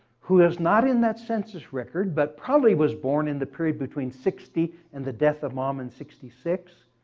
who was not in that census record, but probably was born in the period between sixty and the death of mom in sixty six.